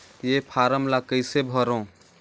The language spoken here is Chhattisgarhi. ये फारम ला कइसे भरो?